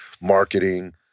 marketing